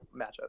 matchup